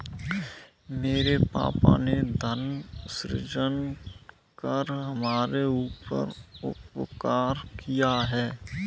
मेरे पापा ने धन सृजन कर हमारे ऊपर उपकार किया है